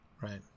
right